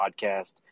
Podcast